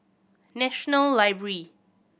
National Library